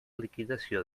liquidació